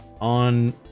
on